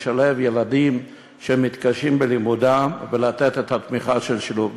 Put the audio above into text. לשלב ילדים שמתקשים בלימודם ולתת את התמיכה של שילוב?